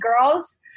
girls